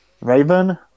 Raven